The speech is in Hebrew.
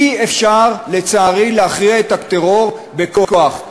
אי-אפשר, לצערי, להכריע את הטרור בכוח.